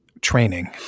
training